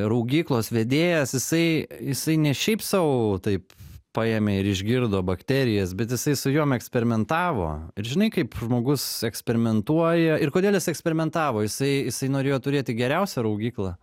raugyklos vedėjas jisai jisai ne šiaip sau taip paėmė ir išgirdo bakterijas bet jisai su jom eksperimentavo ir žinai kaip žmogus eksperimentuoja ir kodėl jis eksperimentavo jisai jisai norėjo turėti geriausią raugyklą